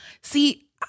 See